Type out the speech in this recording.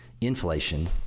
inflation